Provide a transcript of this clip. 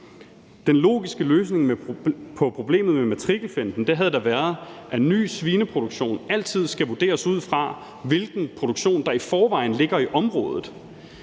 Den logiske løsning på problemet med matrikelfinten havde da været, at ny svineproduktion altid skal vurderes ud fra, hvilken produktion der i forvejen ligger i området.